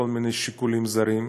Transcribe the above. מכל מיני שיקולים זרים.